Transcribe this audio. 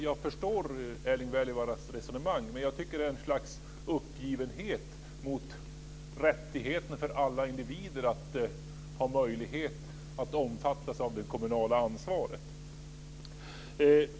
Jag förstår Erling Wälivaaras resonemang, men jag tycker att det innehåller något slags uppgivenhet inför rättigheten för alla individer att ha möjlighet att omfattas av det kommunala ansvaret.